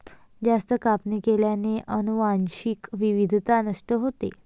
जास्त कापणी केल्याने अनुवांशिक विविधता नष्ट होते